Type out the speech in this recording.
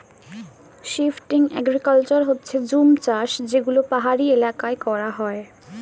shifting agriculture হচ্ছে জুম চাষ যেগুলো পাহাড়ি এলাকায় করা হয়